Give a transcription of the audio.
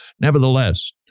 Nevertheless